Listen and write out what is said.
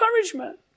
encouragement